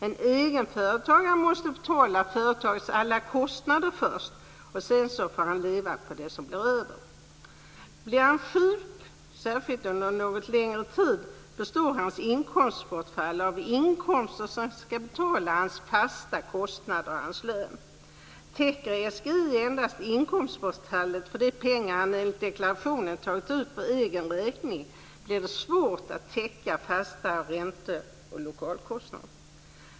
En egenföretagare måste först betala företagets alla kostnader, och sedan får han leva på det som blir över. Blir han sjuk, särskilt under en något längre tid, består hans inkomstbortfall av inkomster som ska betala hans fasta kostnader och hans lön. Täcker SGI endast inkomstbortfallet för de pengar han enligt deklarationen tagit ut för egen räkning blir det svårt att täcka fasta ränte och lokalkostnader.